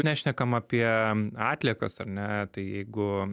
nešnekam apie atliekas ar ne tai jeigu